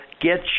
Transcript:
get